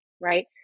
right